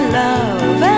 love